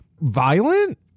violent